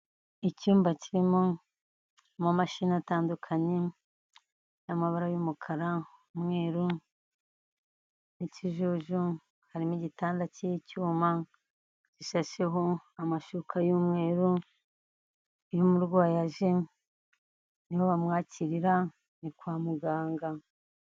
Icyumba kirimo ama mashini atandukanye n'amabara y'umukara, umweru, n'ikijuju hari n'igitanda cy'icyuma gishasheho amashyuka y'umweru, iyo umurwayi aje nibo bamwakirira ni kwa muganga.